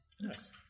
Nice